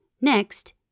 Next